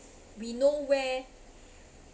we know where